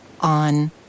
on